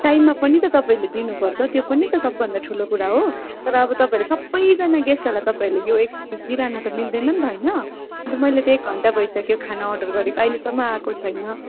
टाइममा पनि त तपाईँहरूले दिनुपर्छ त्यो पनि त सबभन्दा ठुलो कुरा हो तर अब तपाईँहरूले सबैजना गेस्टहरूलाई तपाईँहरूले यो एस्क्युज दिइरहनु त मिल्दैन नि त होइन अन्त मैले त एक घन्टा भइसक्यो खाना अर्डर गरेको अहिलेसम्म आएको छैन